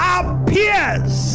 appears